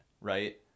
right